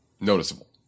noticeable